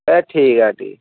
एह् ठीक ऐ आंटी जी